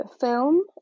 film